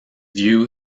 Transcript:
view